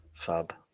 Fab